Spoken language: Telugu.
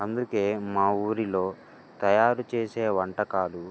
అందుకే మా ఊరిలో తయారు చేసే వంటకాలు